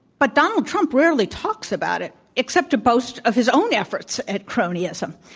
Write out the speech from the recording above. but donald trump rarely talks about it, except to boast of his own efforts at cronyism.